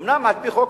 אומנם על-פי חוק,